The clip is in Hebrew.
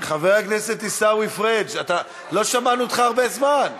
חבר הכנסת עיסאווי פריג', לא שמענו אותך הרבה זמן.